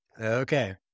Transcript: Okay